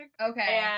Okay